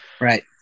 right